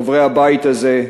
חברי הבית הזה.